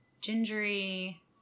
gingery